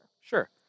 Sure